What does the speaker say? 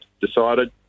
decided